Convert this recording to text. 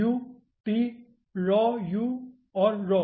u T rho u और raw